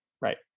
right